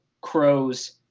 crows